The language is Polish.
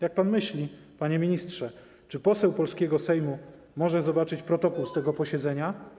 Jak pan myśli, panie ministrze, czy poseł polskiego Sejmu może zobaczyć protokół z tego posiedzenia?